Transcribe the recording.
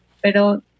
Pero